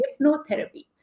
hypnotherapy